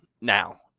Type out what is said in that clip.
Now